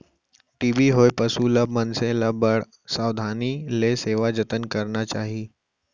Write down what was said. TB होए पसु ल, मनसे ल बड़ सावधानी ले सेवा जतन करना चाही